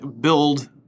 build